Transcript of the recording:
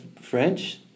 French